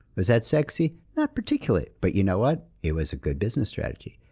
was that sexy? not particularly, but you know what? it was a good business strategy.